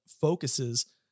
focuses